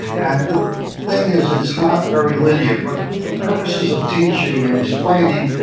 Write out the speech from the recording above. and the thing is, it's not very linear. but for purposes of teaching and explaining,